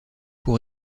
pour